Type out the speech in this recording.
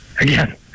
again